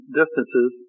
distances